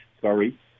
sorry